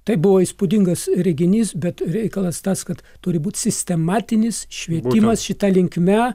tai buvo įspūdingas reginys bet reikalas tas kad turi būti sistematinis švietimas šita linkme